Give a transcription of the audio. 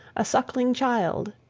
a suckling child.